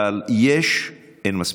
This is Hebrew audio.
אבל יש, אין מספיק.